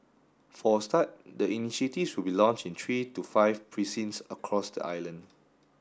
for a start the initiative will be launched in three to five precincts across the island